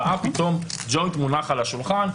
ראה פתאום ג'וינט מונח על השולחן,